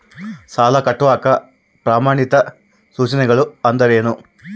ಸಾಲ ಕಟ್ಟಾಕ ಪ್ರಮಾಣಿತ ಸೂಚನೆಗಳು ಅಂದರೇನು?